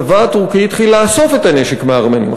הצבא הטורקי התחיל לאסוף את הנשק מהארמנים.